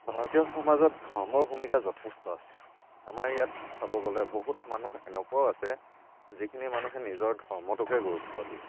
ভাৰতীয় সমাজত ধৰ্মৰ ভূমিকা যথেষ্ট আছে আমাৰ ইয়াত চাব গ'লে বহুত মানুহ এনেকুৱাও আছে যিখিনি মানুহে নিজৰ ধৰ্মটোকে গুৰুত্ব দিয়ে